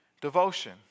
devotion